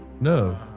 No